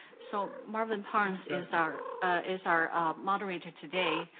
so, marvin parnes is our is our moderator today.